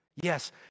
Yes